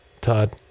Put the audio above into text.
Todd